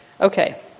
Okay